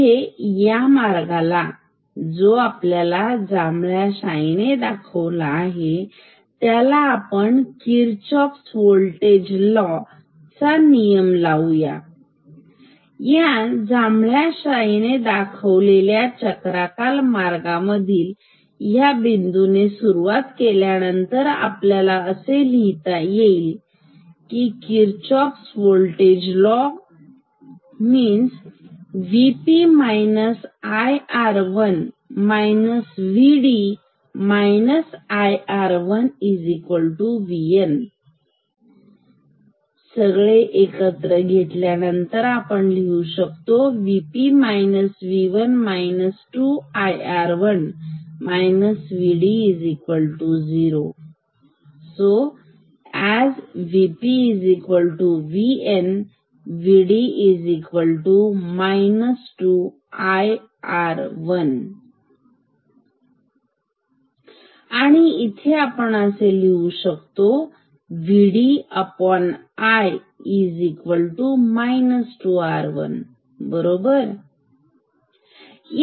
इथे या मार्गाला जो आपल्याला जांभळ्या शाईन दाखवला आहे त्याला आपण किरचॉफ चा होल्टेज चा नियम लावूयाया जांभळ्या शाईने दाखविलेल्या चक्राकार मार्ग मधील या बिंदूने सुरुवात केल्यानंतर आपणास असे लिहिता येईल KVL Vp - IR1 - Vd - IR1 VN Vp - VN - 2IR1 - Vd 0 Vd 2 IR1 आणि इथे आपण असे लिहू शकतो V d I 2 R1 बरोबर